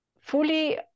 fully